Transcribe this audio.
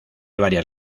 varias